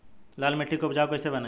लाल मिट्टी के उपजाऊ कैसे बनाई?